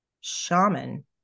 shaman